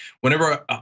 Whenever